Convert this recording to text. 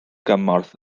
gymorth